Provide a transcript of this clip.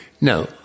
No